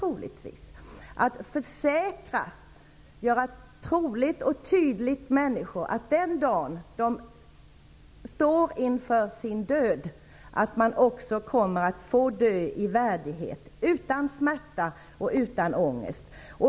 Vi måste försäkra människor, göra det tydligt och troligt för dem, att den dag de står inför sin död kommer de att få dö i värdighet utan smärta och ångest.